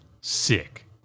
Sick